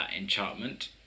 enchantment